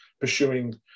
pursuing